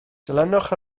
dilynwch